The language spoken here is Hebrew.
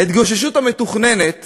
ההתגוששות המתוכננת